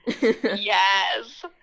Yes